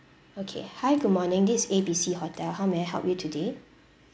okay hi good morning this is A B C hotel how may I help you today